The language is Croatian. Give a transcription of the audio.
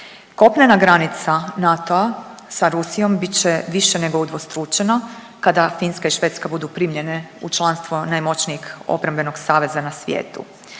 Kopnena granica NATO-a sa Rusijom bit će više nego udvostručeno kada Finska i Švedska budu primljene u članstvo najmoćnijeg obrambenog saveza na svijetu.